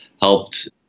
helped